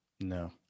No